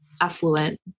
affluent